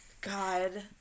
God